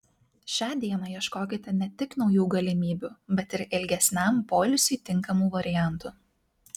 šią dieną ieškokite ne tik naujų galimybių bet ir ilgesniam poilsiui tinkamų variantų